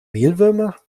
mehlwürmer